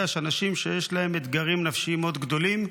יודע שאנשים שיש להם אתגרים נפשיים מאוד גדולים,